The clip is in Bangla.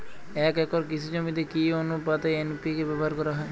এক একর কৃষি জমিতে কি আনুপাতে এন.পি.কে ব্যবহার করা হয়?